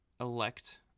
elect